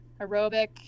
aerobic